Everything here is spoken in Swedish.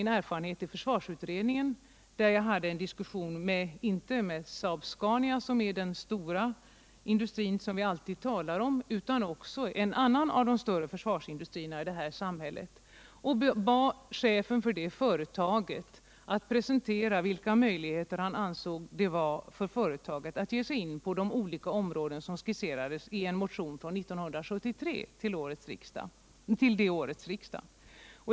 Under arbetet i försvarsutredningen hade jag en diskussion med chefen för en av de större försvarsindustrierna här i landet — inte Saab-Scania, som är det företag vi alltid talar om i sådana här sammanhang, utan ett annat — och bad honom att presentera vilka möjligheter han ansåg finnas för företaget att ge sig in på de olika områden som skisserats i en motion till 1973 års riksdag.